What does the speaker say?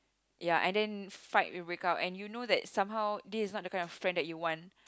ya and then fight we break up and then you know that somehow this is not the kind of friend that you want